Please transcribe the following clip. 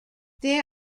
there